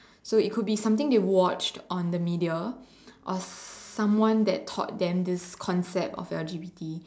so it could be something they watch on the media or someone that taught them this concept of the D_V_D